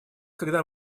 когда